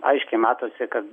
aiškiai matosi kad